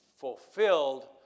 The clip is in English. fulfilled